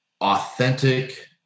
authentic